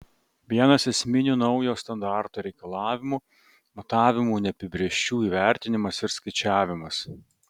vienas esminių naujo standarto reikalavimų matavimų neapibrėžčių įvertinimas ir skaičiavimas